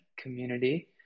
community